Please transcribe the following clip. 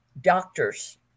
doctors